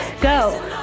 go